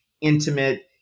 intimate